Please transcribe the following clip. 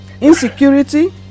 insecurity